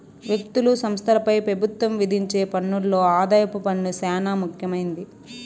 వ్యక్తులు, సంస్థలపై పెబుత్వం విధించే పన్నుల్లో ఆదాయపు పన్ను సేనా ముఖ్యమైంది